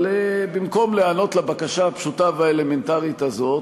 ובמקום להיענות לבקשה הפשוטה והאלמנטרית הזאת,